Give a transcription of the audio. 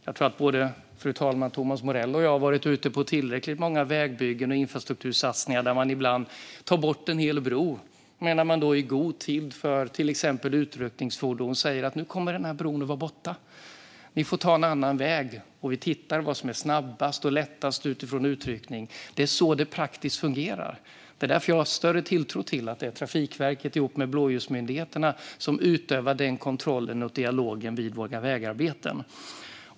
Jag tror att både Thomas Morell och jag, fru talman, har varit ute på tillräckligt många vägbyggen och infrastruktursatsningar där man ibland tar bort en hel bro men då i god tid säger till exempelvis utryckningsfordon: Nu kommer den här bron att vara borta. Ni får ta en annan väg. Vi tittar på vad som är snabbast och lättast för utryckning. Det är så det praktiskt fungerar. Det är därför jag har större tilltro till att det är Trafikverket ihop med blåljusmyndigheterna som utövar den kontrollen och har den dialogen vid våra vägarbeten.